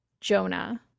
Jonah